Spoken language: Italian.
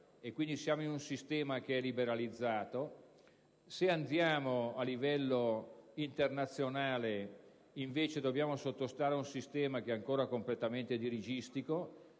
e quindi siamo in un sistema che è liberalizzato. A livello internazionale dobbiamo invece sottostare ad un sistema che è ancora completamento dirigistico,